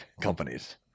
companies